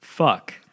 fuck